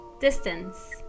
Distance